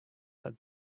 had